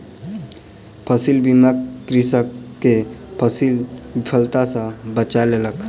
फसील बीमा कृषक के फसील विफलता सॅ बचा लेलक